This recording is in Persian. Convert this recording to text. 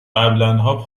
قبلاًها